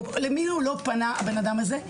למי הוא לא פנה הבנאדם הזה.